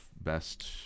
Best